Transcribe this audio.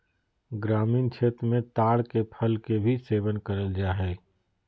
ग्रामीण क्षेत्र मे ताड़ के फल के भी सेवन करल जा हय